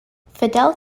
fidel